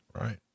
Right